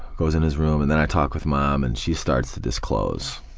goes in his room, and then i talk with mom and she starts to disclose.